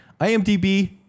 IMDb